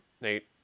Nate